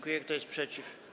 Kto jest przeciw?